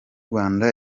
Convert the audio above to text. rwanda